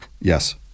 Yes